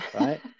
right